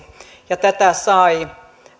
ja tätä